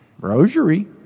Rosary